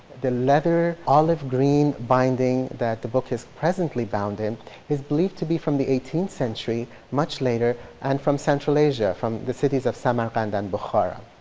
the leather olive green binding that the book is presently bound in is believed to be from the eighteenth century, much later, and from central asia, from the cities of samarkand and bukhara.